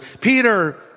Peter